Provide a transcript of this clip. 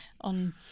on